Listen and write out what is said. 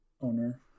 owner